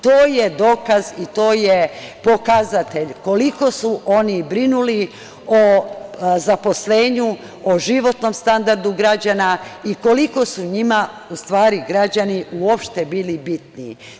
To je dokaz i to je pokazatelj koliko su oni brinuli o zaposlenju, o životnom standardu građana i koliko su njima u stvari građani uopšte bili bitni.